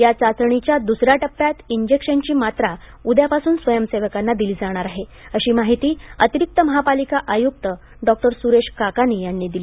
या चाचणीच्या दुसऱ्या टप्प्यात इंजेक्शनची मात्रा प उद्यापासून स्वयंसेवकांना दिली जाणार आहे अशी माहिती अतिरिक्त महापालिका आयुक्त डॉक्टर सुरेस काकानी यांनी दिली